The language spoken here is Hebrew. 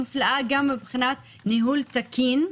גם מבחינת ניהול תקין,